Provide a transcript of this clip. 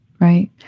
right